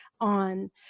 on